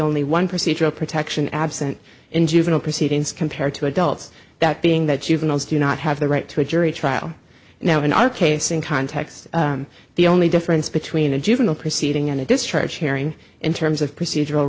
only one procedural protection absent in juvenile proceedings compared to adults that being that juveniles do not have the right to a jury trial now in our case in context the only difference between a juvenile proceeding and a discharge hearing in terms of procedural